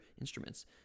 instruments